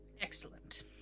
Excellent